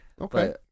Okay